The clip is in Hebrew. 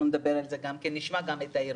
נשמע גם את הארגונים,